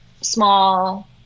small